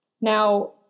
Now